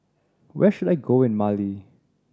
where should I go in Mali